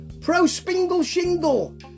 Pro-spingle-shingle